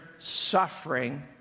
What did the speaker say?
suffering